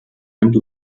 and